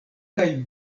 kaj